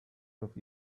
auf